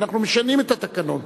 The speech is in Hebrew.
ואנחנו משנים את התקנון,